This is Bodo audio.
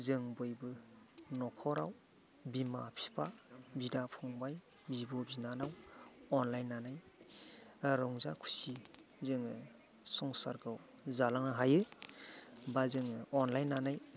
जों बयबो न'खराव बिमा बिफा बिदा फंबाय बिब' बिनानाव अनलायनानै रंजा खुसि जोङो संसारखौ जालांनो हायो बा जोङो अनलायनानै